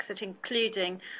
including